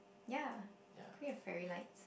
ya can we have fairy lights